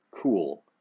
Cool